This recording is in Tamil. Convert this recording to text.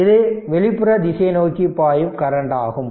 இது வெளிப்புற திசை நோக்கி பாயும் கரண்ட் ஆகும்